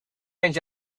change